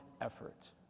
effort